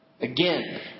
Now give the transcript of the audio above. Again